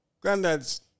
granddad's